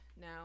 now